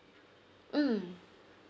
mm